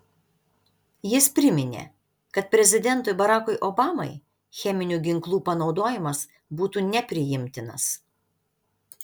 jis priminė kad prezidentui barackui obamai cheminių ginklų panaudojimas būtų nepriimtinas